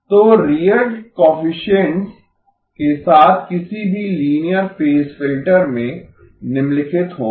तो real coefficients के साथ किसी भी लीनियर फेज फ़िल्टर में निम्नलिखित होंगें